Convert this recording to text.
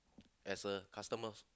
as a customer